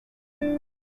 ida